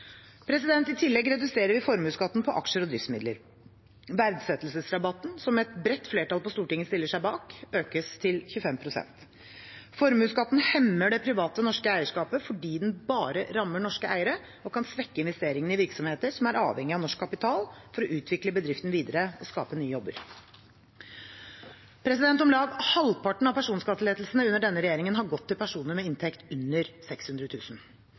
I tillegg reduserer vi formuesskatten på aksjer og driftsmidler. Verdsettelsesrabatten – som et bredt flertall på Stortinget stiller seg bak – økes til 25 pst. Formuesskatten hemmer det private norske eierskapet fordi den bare rammer norske eiere og kan svekke investeringene i virksomheter som er avhengige av norsk kapital for å utvikle bedriften videre og skape nye jobber. Om lag halvparten av personskattelettelsene under denne regjeringen har gått til personer med inntekt under